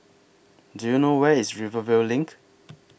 Do YOU know Where IS Rivervale LINK